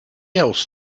else